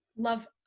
Love